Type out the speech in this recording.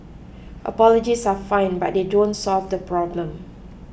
apologies are fine but they don't solve the problem